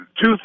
two